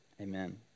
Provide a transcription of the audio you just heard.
amen